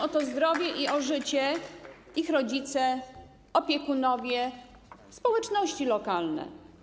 O ich zdrowie i życie walczą ich rodzice, opiekunowie, społeczności lokalne.